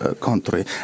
country